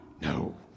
No